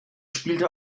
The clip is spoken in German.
spielte